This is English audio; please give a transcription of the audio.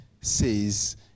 says